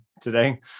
today